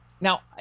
Now